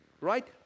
right